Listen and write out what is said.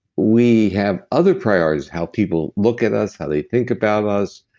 we have other priorities, how people look at us, how they think about us.